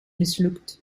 mislukt